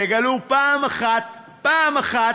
תגלו פעם אחת, פעם אחת,